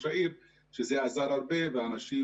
וזה עזר הרבה ואנשים